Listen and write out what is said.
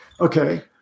Okay